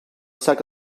sac